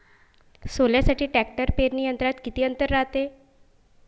सोल्यासाठी ट्रॅक्टर पेरणी यंत्रात किती अंतर रायते?